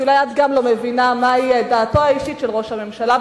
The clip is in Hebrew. כי אולי גם את לא מבינה מהי דעתו האישית של ראש הממשלה,